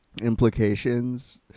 implications